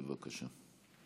בבקשה.